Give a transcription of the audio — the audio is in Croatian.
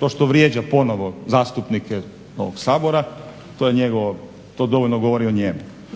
To što vrijeđa ponovno zastupnike ovog Sabora to dovoljno govori o njemu,